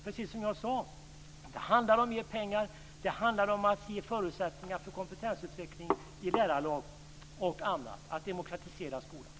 Precis som jag sade handlar det om mer pengar, om att ge mer förutsättningar för kompetensutveckling i lärarlag och om att demokratisera skolan.